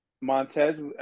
Montez